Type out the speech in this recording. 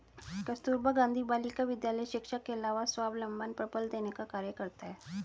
कस्तूरबा गाँधी बालिका विद्यालय शिक्षा के अलावा स्वावलम्बन पर बल देने का कार्य करता है